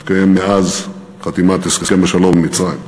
הוא מתקיים מאז חתימת הסכם השלום עם מצרים.